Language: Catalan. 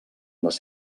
les